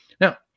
Now